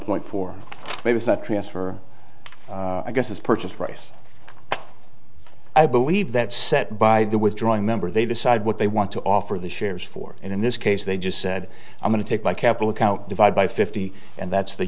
point four way with the transfer i guess its purchase price i believe that set by the withdrawing member they decide what they want to offer the shares for and in this case they just said i'm going to take my capital account divide by fifty and that's the